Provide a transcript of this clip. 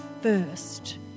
first